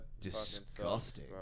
disgusting